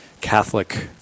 Catholic